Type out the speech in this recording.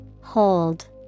Hold